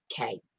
okay